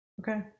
okay